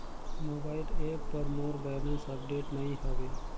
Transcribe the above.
mobile app पर मोर balance update नई हवे